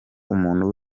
umuntu